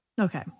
Okay